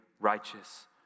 righteous